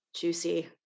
juicy